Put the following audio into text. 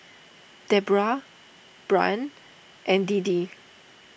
Debra Bryn and Deedee